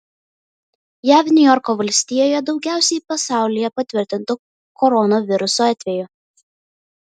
jav niujorko valstijoje daugiausiai pasaulyje patvirtintų koronaviruso atvejų